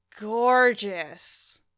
gorgeous